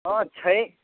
आओर छै